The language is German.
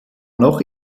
noch